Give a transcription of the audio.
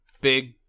Big